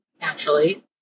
naturally